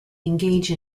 engage